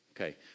Okay